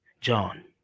John